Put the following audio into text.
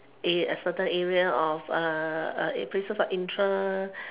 in a certain area of uh places of interest